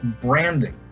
branding